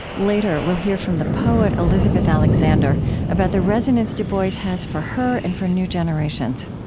later, we'll hear from the poet elizabeth alexander about the resonance du bois has for her and for new generations.